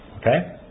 Okay